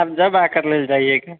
आप जब आकर ले जाइएगा